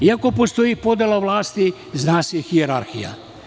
Iako postoji podela vlasti, zna se hijerarhija.